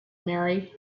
marry